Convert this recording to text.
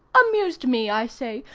amused me, i say,